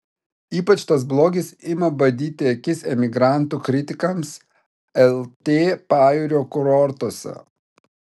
ypač tas blogis ima badyti akis emigrantų kritikams lt pajūrio kurortuose